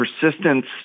persistence